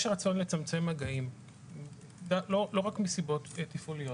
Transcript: יש רצון לצמצם מגעים ולא רק מסיבות תפעוליות.